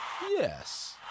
Yes